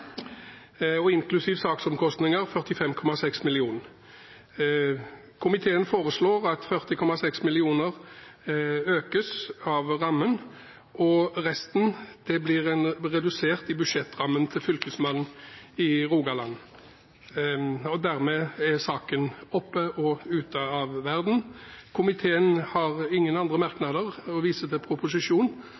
inklusiv saksomkostninger blir beløpet 45,6 mill. kr. Komiteen foreslår at rammen økes med 40,6 mill. kr, og at resten blir en reduksjon i budsjettrammen til Fylkesmannen i Rogaland. Dermed er saken oppe og ute av verden. Komiteen har ingen andre merknader, viser til proposisjonen